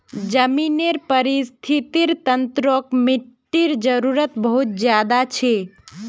ज़मीनेर परिस्थ्तिर तंत्रोत मिटटीर जरूरत बहुत ज़्यादा छे